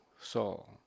Saul